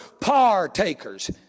partakers